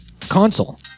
console